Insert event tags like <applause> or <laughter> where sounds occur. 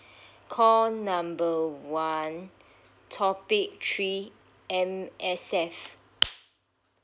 call number one topic three M_S_F <noise>